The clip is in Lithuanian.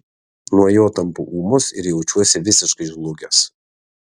nuo jo tampu ūmus ir jaučiuosi visiškai žlugęs